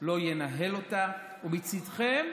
לא ינהל אותה, ומצידכם,